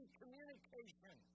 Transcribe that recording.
communication